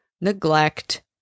neglect